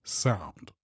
sound